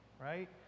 right